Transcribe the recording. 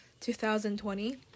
2020